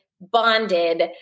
bonded